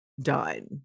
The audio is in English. done